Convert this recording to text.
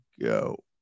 go